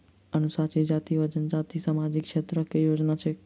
अनुसूचित जाति वा जनजाति लेल सामाजिक क्षेत्रक केँ योजना छैक?